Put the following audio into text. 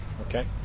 Okay